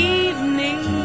evening